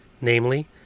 namely